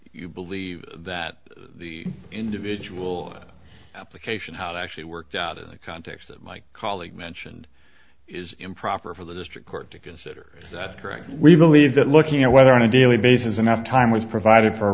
you believe that the individual application how it actually worked out in the context of my colleague mentioned is improper for the district court to consider that correct we believe that looking at whether on a daily basis and have time was provided for